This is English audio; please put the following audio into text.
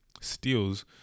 steals